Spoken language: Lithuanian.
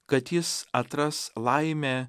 kad jis atras laimę